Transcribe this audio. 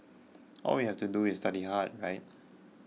all we have to do is study hard right